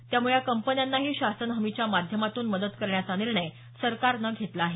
त्यामुळे या कंपन्यांनाही शासन हमीच्या माध्यमातून मदत करण्याचा निर्णय सरकारनं घेतला आहे